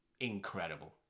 incredible